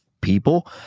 people